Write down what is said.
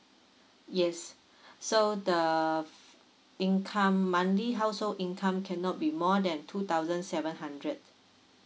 yes so the income monthly household income cannot be more than two thousand seven hundred